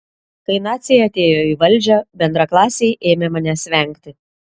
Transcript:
kai naciai atėjo į valdžią bendraklasiai ėmė manęs vengti